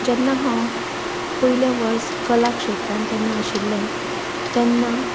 जेन्ना हांव पयलें वर्स कला क्षेत्रान जेन्ना आशिल्लें तेन्ना